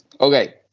Okay